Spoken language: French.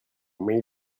met